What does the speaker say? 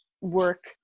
work